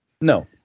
No